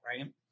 right